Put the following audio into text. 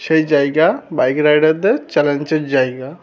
সেই জায়গা বাইক রাইডারদের চ্যালেঞ্জের জায়গা